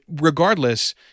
regardless